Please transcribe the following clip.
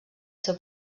seu